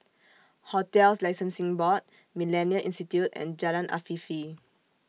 hotels Licensing Board Millennia Institute and Jalan Afifi